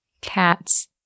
Cats